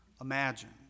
imagined